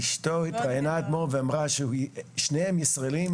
אשתו התראיינה אתמול ואמרה ששניהם ישראלים